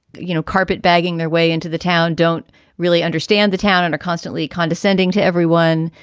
you know, carpet bagging their way into the town don't really understand the town in a constantly condescending to everyone.